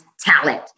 talent